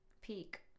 Peak